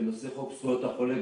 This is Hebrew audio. בנושא חוק זכויות החולה,